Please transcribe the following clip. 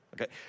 okay